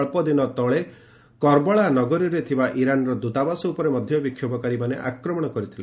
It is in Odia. ଅକ୍ସଦିନ ତଳେ କର୍ବଳା ନଗରୀରେ ଥିବା ଇରାନର ଦୂତାବାସ ଉପରେ ମଧ୍ୟ ବିକ୍ଷୋଭକାରୀମାନେ ଆକ୍ରମଣ କରିଥିଲେ